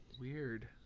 Weird